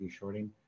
shorting